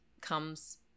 comes